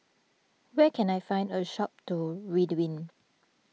where can I find a shop to Ridwind